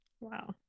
Wow